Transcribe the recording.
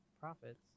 Profits